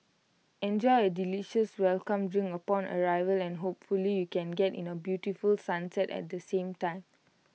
enjoy A delicious welcome drink upon arrival and hopefully you can get in the beautiful sunset at the same time